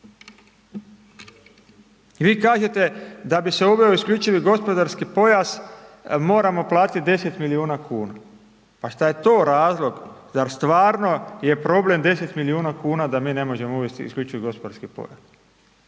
Vi kažete da bi se uveo isključivi gospodarski pojas moramo platiti 10 miliona kuna, pa šta je to razlog, zar stvarno je problem 10 miliona kuna da mi ne možemo uvesti isključivi gospodarski pojas.